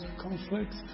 conflicts